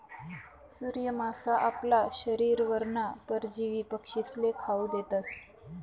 सूर्य मासा आपला शरीरवरना परजीवी पक्षीस्ले खावू देतस